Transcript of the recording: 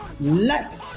Let